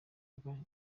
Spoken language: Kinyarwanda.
mvuga